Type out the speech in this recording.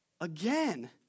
Again